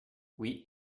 oui